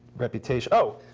reputation. oh.